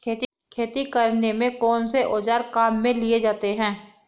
खेती करने में कौनसे औज़ार काम में लिए जाते हैं?